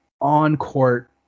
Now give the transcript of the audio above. on-court